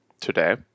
Today